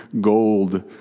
gold